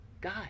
God